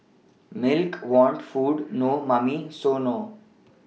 milk want food no Mummy so nor